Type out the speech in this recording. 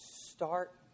Start